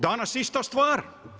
Danas ista stvar.